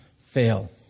fail